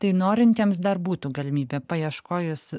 tai norintiems dar būtų galimybė paieškojus